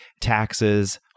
taxes